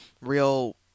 real